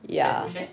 ya correct